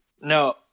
no